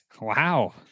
wow